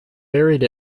buried